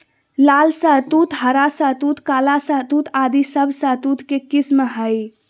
लाल शहतूत, हरा शहतूत, काला शहतूत आदि सब शहतूत के किस्म हय